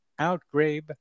outgrabe